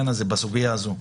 בסוגיה הזאת?